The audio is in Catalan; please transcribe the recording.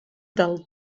del